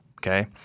okay